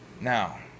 Now